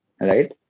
right